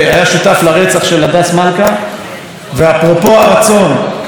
ואפרופו הרצון של חבר הכנסת לשעבר